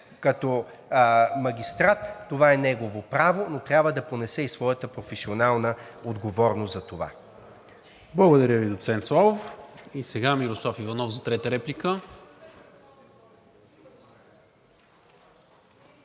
като магистрат – това е негово право, но трябва да понесе и своята професионална отговорност за това. ПРЕДСЕДАТЕЛ НИКОЛА МИНЧЕВ: Благодаря Ви, доцент Славов. И сега Мирослав Иванов за трета реплика.